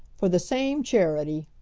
for the same charity.